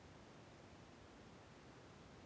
UPI ಅಂದ್ರೇನು?